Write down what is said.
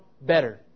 better